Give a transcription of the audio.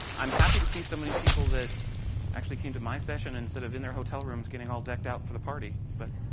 i am happy to see so many people that actually came to my session instead of in their hotel rooms, getting all decked out for the party. but,